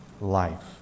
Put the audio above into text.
life